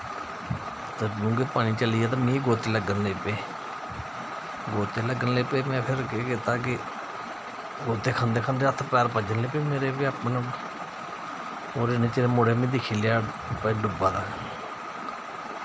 ते डूंह्गे पानी च चली गेआ ते मिगी गोत्ते लग्गन लगी पे गोत्ते लग्गन लगी पे में फिर केह् कीता कि गोत्ते खंदे खंदे मेरे बी हत्थ पैर लग्गन लगी पे मेरे होर इन्ने चिर मुड़े मीं दिक्खी लेआ भाई डुब्बा दा ऐ